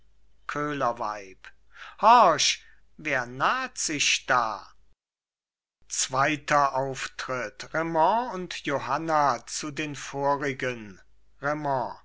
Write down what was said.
köhlerweib horch wer naht sich da zweiter auftritt raimond und johanna zu den vorigen